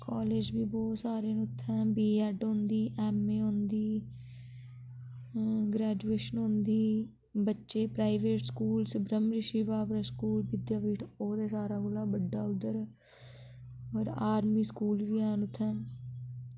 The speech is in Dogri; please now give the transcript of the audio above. कालेज बी बोह्त सारे न उत्थै बी एड होंदी एम ए होंदी ग्रैजुएशन होंदी बच्चे private schools Brahm Rishi Bawra school Vidyapeeth ओह् ते सारां कोला बड्डा उद्धर होर आर्मी स्कूल बी हैन उत्थैं